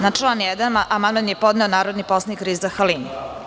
Na član 1. amandman je podneo narodni poslanik Riza Halimi.